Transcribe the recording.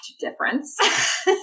difference